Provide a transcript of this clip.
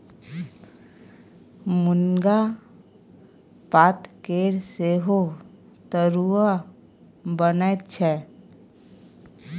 मुनगा पातकेर सेहो तरुआ बनैत छै